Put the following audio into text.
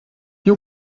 you